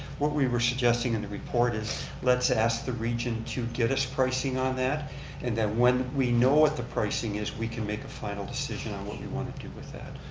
what we were suggesting in the report is let's ask the region to get us pricing on that and then when we know what the pricing is, we can make a final decision on what we want to do with that.